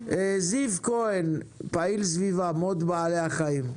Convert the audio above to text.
זיו כהן, פעיל סביבה מרד בעלי החיים.